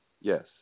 Yes